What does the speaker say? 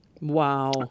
Wow